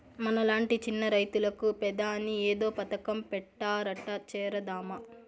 మనలాంటి చిన్న రైతులకు పెదాని ఏదో పథకం పెట్టారట చేరదామా